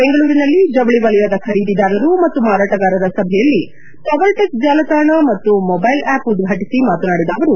ಬೆಂಗಳೂರಿನಲ್ಲಿ ಜವಳಿ ವಲಯದ ಖರೀದಿದಾರರು ಮತ್ತು ಮಾರಾಟಗಾರರ ಸಭೆಯಲ್ಲಿ ಪವರ್ ಟೆಕ್ಸ್ ಜಾಲತಾಣ ಮತ್ತು ಮೊಬೈಲ್ ಆ್ಲಪ್ ಉದ್ಘಾಟಿಸಿ ಮಾತನಾಡಿದ ಅವರು